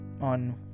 on